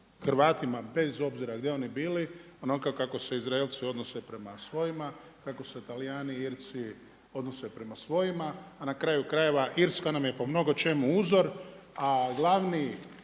Hrvatima bez obzira gdje oni bili onako kako se Izraelci prema svojima, kako se Talijani, Irci odnose prema svojima, a nakraju krajeva Irska nam je po mnogočemu uzor, a glavni